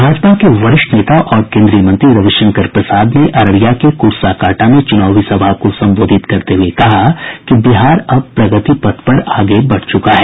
भाजपा के वरिष्ठ नेता और केन्द्रीय मंत्री रविशंकर प्रसाद ने अररिया के कुर्साकांटा में चुनावी सभा को संबोधित करते हुए कहा कि बिहार अब प्रगति पथ पर आगे बढ़ चुका है